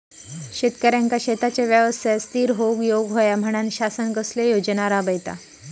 शेतकऱ्यांका शेतीच्या व्यवसायात स्थिर होवुक येऊक होया म्हणान शासन कसले योजना राबयता?